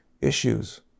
issues